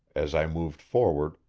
as i moved forward,